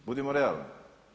Budimo realni.